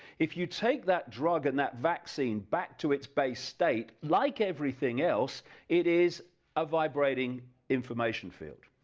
if you take that drug and that vaccine back to its base state, like everything else it is a vibrating information field,